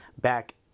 back